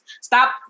stop